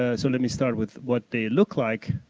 ah so let me start with what they look like.